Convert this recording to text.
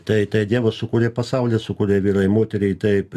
tai tai dievas sukūrė pasaulį sukurė vyrą ir moterį taip